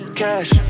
cash